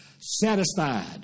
satisfied